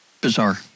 Bizarre